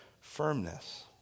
firmness